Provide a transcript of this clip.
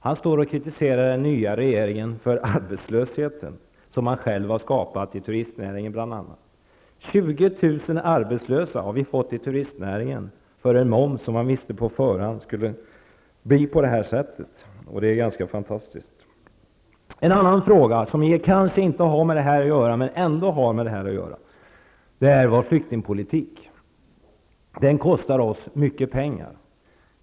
Han står och kritiserar den nya regeringen för arbetslösheten som han själv har skapat, i turistnäringen bl.a. -- 20 000 arbetslösa har vi fått i turistnäringen på grund av en moms som man på förhand visste skulle få den effekten. Det är ganska fantastiskt. En annan fråga, som kanske inte direkt har att göra med det här avsnittet av debatten men som ändå har med det att göra, är vår flyktingpolitik. Den kostar oss mycket pengar.